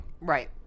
Right